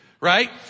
right